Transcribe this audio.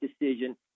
decision